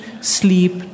sleep